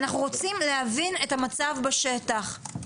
אנחנו רוצים להבין את המצב בשטח.